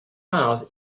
miles